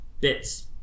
Bits